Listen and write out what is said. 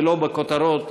ולא בכותרות,